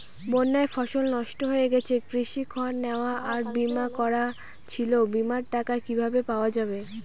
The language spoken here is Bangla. বন্যায় ফসল নষ্ট হয়ে গেছে কৃষি ঋণ নেওয়া আর বিমা করা ছিল বিমার টাকা কিভাবে পাওয়া যাবে?